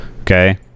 Okay